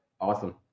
Awesome